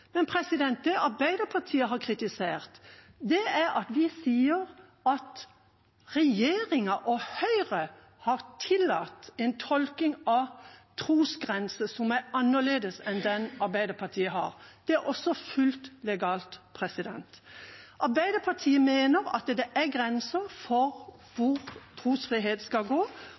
Men det Arbeiderpartiet har kritisert, er at regjeringa og Høyre har tillatt en tolkning av trosgrense som er annerledes enn den Arbeiderpartiet har. Det er også fullt legalt. Arbeiderpartiet mener at det er grenser for hvor trosfrihet skal gå,